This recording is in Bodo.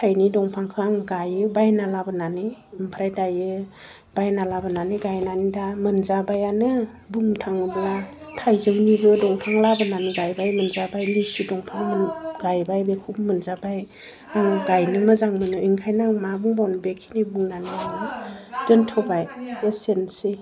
फिथाइनि दंफांखौ आं गाइयो बायना लाबोनानै ओमफ्राय दायो बायना लाबोनानै गायनानै दा मोनजाबायानो बुंनो थाङोब्ला थाइजौनिबो दंफां लाबोनानै गायबाय मोनजाबाय लिसु दंफांबो गायबाय बेखौबो मोनजाबाय आं गायनो मोजां मोनो ओंखायनो आं मा बुंबावनो बेखिनि बुनानैनो दोन्थ'बाय एसेनोसै